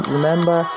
Remember